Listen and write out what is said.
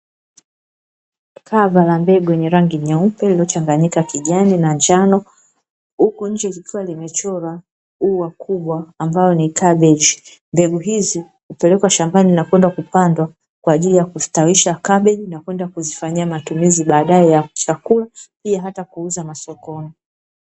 Kava la mbegu yenye rangi nyeupe iliyochanganyika kijani na njano huku nje, ikiwa limechorwa ua kubwa ambayo ni kabegi mbegu hizi hupelekwa shambani na kwenda kupandwa kwa ajili ya kustawisha kabegi na kwenda kuzifanyia matumizi baadae ya chakula pia hata kuuza masokoni.